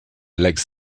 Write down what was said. legs